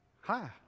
hi